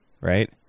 right